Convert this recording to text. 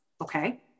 Okay